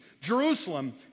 Jerusalem